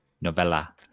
novella